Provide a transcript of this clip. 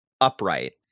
upright